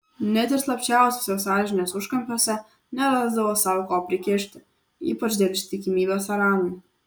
net ir slapčiausiuose sąžinės užkampiuose nerasdavo sau ko prikišti ypač dėl ištikimybės aramui